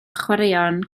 chwaraeon